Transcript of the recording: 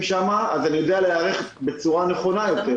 שם אז אני יודע להיערך בצורה נכונה יותר.